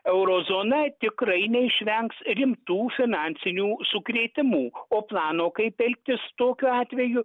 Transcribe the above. euro zona tikrai neišvengs rimtų finansinių sukrėtimų o plano kaip elgtis tokiu atveju